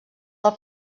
del